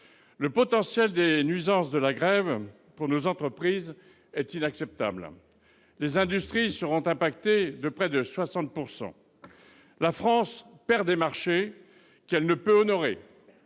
Le potentiel de nuisances de la grève pour nos entreprises est inacceptable. Les industries seront touchées à hauteur de près de 60 %. La France perd des marchés, faute de pouvoir les honorer.